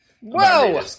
Whoa